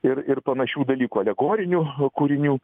ir ir panašių dalykų alegorinių kūrinių